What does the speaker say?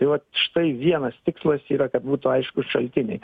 tai vat štai vienas tikslas yra kad būtų aiškūs šaltiniai